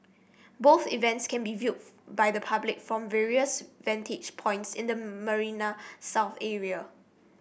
both events can be viewed by the public from various vantage points in the Marina South area